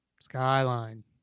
Skyline